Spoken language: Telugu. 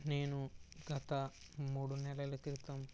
నేను గత మూడు నెలల క్రితం